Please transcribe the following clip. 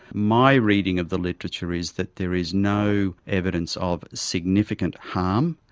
my reading of the literature is that there is no evidence of significant harm,